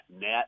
net